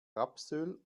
rapsöl